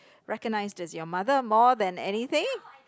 recognise that your mother more than anything